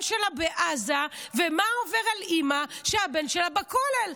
של בעזה ומה שעובר על אימא שהבן שלה בכולל.